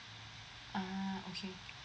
ah okay